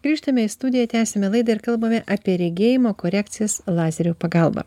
grįžtame į studiją tęsiame laidą ir kalbame apie regėjimo korekcijas lazerio pagalba